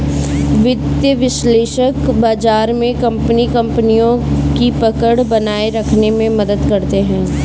वित्तीय विश्लेषक बाजार में अपनी कपनियों की पकड़ बनाये रखने में मदद करते हैं